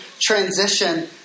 transition